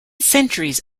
centuries